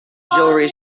jewelry